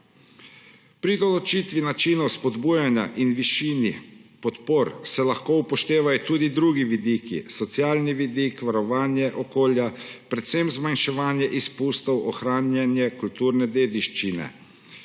Pri določitvi načinov spodbujanja in višine podpor se lahko upoštevajo tudi drugi vidiki, socialni vidik, varovanje okolja, predvsem zmanjševanje izpustov, ohranjanje kulturne dediščine.